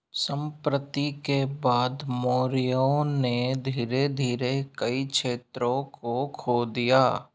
संप्रति के बाद मौर्यों ने धीरे धीरे कई क्षेत्रों को खो दिया